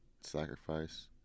sacrifice